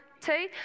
two